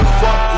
fuck